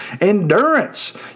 endurance